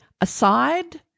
aside